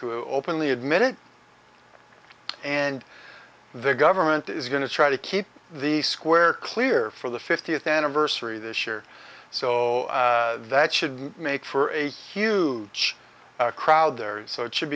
to openly admit it and the government is going to try to keep the square clear for the fiftieth anniversary this year so that should make for a huge crowd there so it should